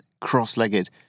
cross-legged